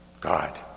God